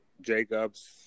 Jacobs